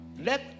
let